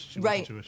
right